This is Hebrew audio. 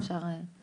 שאישר